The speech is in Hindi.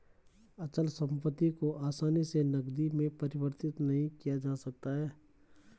अचल संपत्ति को आसानी से नगदी में परिवर्तित नहीं किया जा सकता है